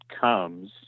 comes